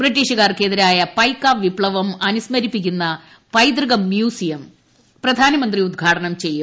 ബ്രിട്ടീഷുക്കാർക്കെതിരായ പൈക്ക വിപ്തവം അനുസ്മരിപ്പിക്കുന്ന പൈതൃക മ്യൂസിയം പ്രധാനമന്ത്രി ഉദ്ഘാടനം ചെയ്യും